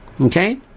Okay